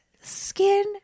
skin